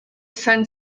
send